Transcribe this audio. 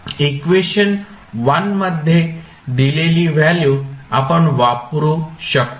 equation मध्ये दिलेली value आपण वापरु शकतो